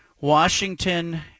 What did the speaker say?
Washington